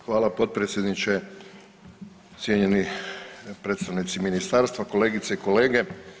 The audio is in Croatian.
Hvala potpredsjedniče, cijenjeni predstavnici ministarstva, kolegice i kolege.